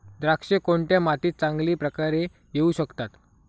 द्राक्षे कोणत्या मातीत चांगल्या प्रकारे येऊ शकतात?